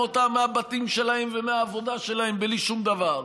אותם מהבתים שלהם ומהעבודה שלהם בלי שום דבר.